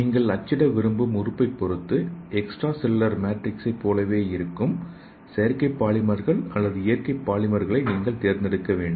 நீங்கள் அச்சிட விரும்பும் உறுப்பைப் பொறுத்து எக்ஸ்ட்ரா செல்லுலார் மேட்ரிக்ஸைப் போலவே இருக்கும் செயற்கை பாலிமர்கள் அல்லது இயற்கை பாலிமர்களை நீங்கள் தேர்ந்தெடுக்க வேண்டும்